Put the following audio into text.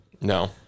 No